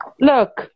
Look